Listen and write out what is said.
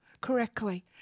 Correctly